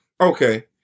Okay